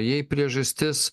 jei priežastis